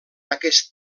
aquest